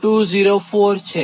20 છે